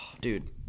Dude